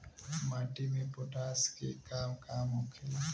माटी में पोटाश के का काम होखेला?